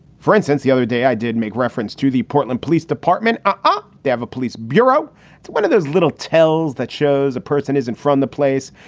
for instance, the other day i did make reference to the portland police department. i ah do have a police bureau. it's one of those little tales that shows a person isn't from the place,